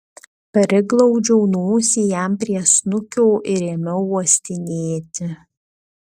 priglaudžiau nosį jam prie snukio ir ėmiau uostinėti